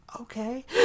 okay